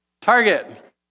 Target